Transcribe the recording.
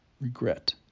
Regret